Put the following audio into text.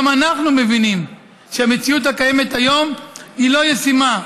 גם אנחנו מבינים שהמציאות הקיימת היום היא לא ישימה,